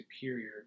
superior